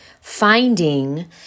finding